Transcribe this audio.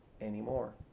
anymore